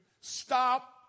stop